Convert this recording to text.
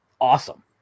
awesome